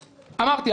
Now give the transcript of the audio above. אמרתי,